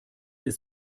ist